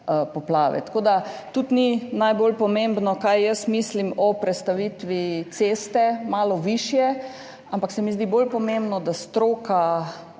tako da tudi ni najbolj pomembno, kaj jaz mislim o prestavitvi ceste malo višje, ampak se mi zdi bolj pomembno, da stroka